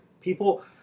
people